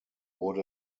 wurde